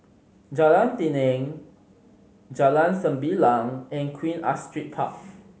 Jalan Tenang Jalan Sembilang and Queen Astrid Park